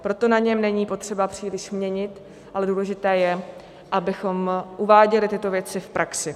Proto na něm není potřeba příliš měnit, ale důležité je, abychom uváděli tyto věci v praxi.